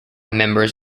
members